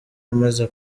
amaze